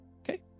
Okay